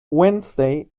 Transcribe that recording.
wednesday